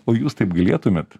o jūs taip galėtumėt